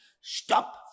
stop